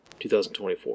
2024